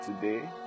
today